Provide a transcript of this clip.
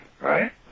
Right